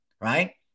right